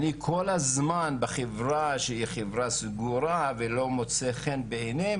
אני כל הזמן בחברה שהיא חברה סגורה ולא מוצא חן בעיניהם,